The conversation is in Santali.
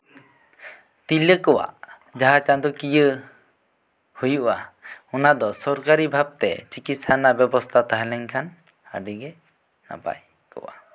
ᱛᱤᱨᱞᱟᱹ ᱠᱚᱣᱟᱜ ᱡᱟᱦᱟᱸ ᱪᱟᱸᱫᱚᱠᱤᱭᱟᱹ ᱦᱩᱭᱩᱜᱼᱟ ᱚᱱᱟ ᱫᱚ ᱥᱚᱨᱠᱟᱨᱤ ᱵᱷᱟᱵᱛᱮ ᱪᱤᱠᱤᱛᱥᱟ ᱨᱮᱱᱟᱜ ᱵᱮᱵᱚᱥᱛᱟ ᱛᱟᱦᱮᱸᱞᱮᱱᱠᱷᱟᱱ ᱟᱹᱰᱤ ᱜᱮ ᱱᱟᱯᱟᱭ ᱠᱚᱜᱼᱟ